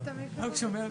עם כל ההיבטים הללו.